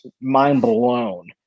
mind-blown